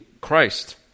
Christ